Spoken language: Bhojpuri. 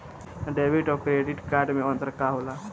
डेबिट और क्रेडिट कार्ड मे अंतर का होला?